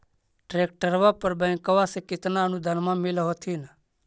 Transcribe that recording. ट्रैक्टरबा पर बैंकबा से कितना अनुदन्मा मिल होत्थिन?